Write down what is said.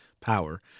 power